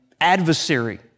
adversary